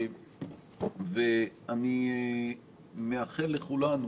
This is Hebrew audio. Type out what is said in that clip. אני מאחל לכולנו